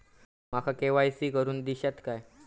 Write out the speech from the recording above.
माका के.वाय.सी करून दिश्यात काय?